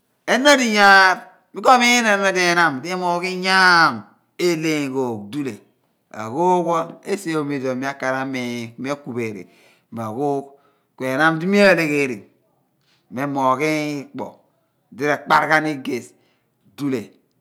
Enon odo iyaar, mi ko miin enorn odọ enaam di emoogh inyaam eleeny ghoogh. ghoogh pho, esi omopho idi mi a kar amiin ku a kureri mo a'ghoogh pho kue naam di mi alegher, mo emoogh inyaam, epu oye.